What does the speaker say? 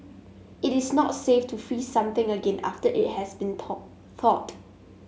it is not safe to freeze something again after it has been taught thawed